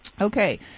Okay